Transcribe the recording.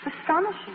Astonishing